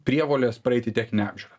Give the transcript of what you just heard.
prievolės praeiti techninę apžiūrą